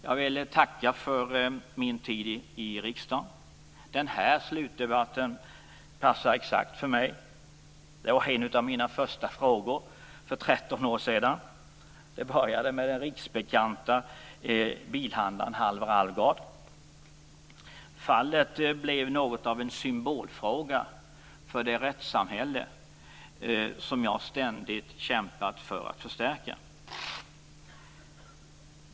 Jag vill tacka för min tid i riksdagen. Denna slutdebatt passar exakt för mig. Det här var en av mina första frågor för 13 år sedan. Det började med den riksbekanta bilhandlaren Halvar Alvgard. Fallet blev något av en symbolfråga för det rättssamhälle som jag ständigt kämpat för att förstärka.